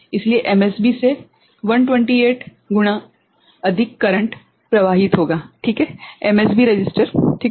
इसलिए एमएसबी से 128 गुना अधिक करंटप्रवाहित होगा ठीक है एमएसबी प्रतिरोध ठीक है